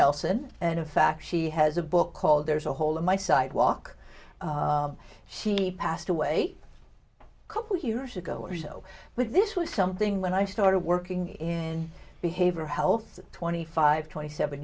elson and in fact she has a book called there's a hole in my sidewalk she passed away a couple years ago or so but this was something when i started working in behavior health twenty five twenty seven